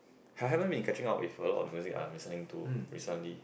I haven't been catching out with a lot the music I'm listening to recently